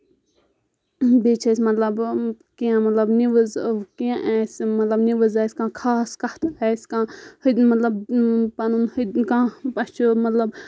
بیٚیہِ چھِ اَسہِ مطلب کینٛہہ مطلب نِوٕز کینٛہہ أسۍ مطلب نِوٕز آسہِ کانٛہہ خاص کَتھ آسہِ کانٛہہ مطلب پَنُن کانٛہہ اَسہِ چھُ مطلب